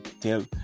tell